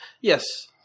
yes